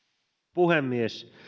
puhemies